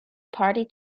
party